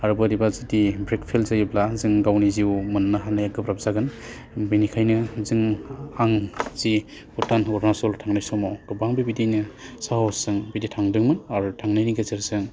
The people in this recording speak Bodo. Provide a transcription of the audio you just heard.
आरो बोरैबा जुदि ब्रेक फेल जायोब्ला जों गावनि जिउ मोन्नो हानाया गोब्राब जागोन बिनिखायनो जों आं जि भुटान अरुनासल थांनाय समाव गोबां बेबायदिनो साहसजों बिदि थांदोंमोन आरो थांनायनि गेजेरजों